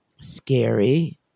scary